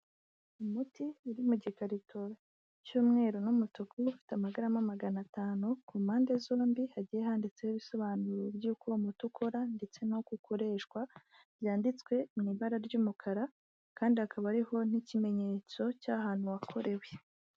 Umuti uri mu gikarito cy'umweru n'umutuku ufite amagarama magana atanu ku mpande zombi hagiye handitseho ibisobanuro by'uko uwo muti ukora ndetse n'uko ukoreshwa byanditswe mu ibara ry'umukara kandi hakaba hariho n'ikimenyetso cy'ahantu wakorewe.